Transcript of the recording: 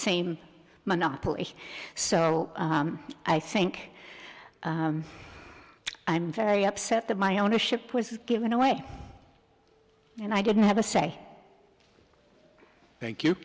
same monopoly so i think i'm very upset that my ownership was given away and i didn't have a say thank you